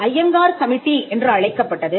Iyengar committee என்று அழைக்கப்பட்டது